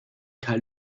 karl